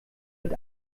mit